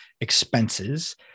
expenses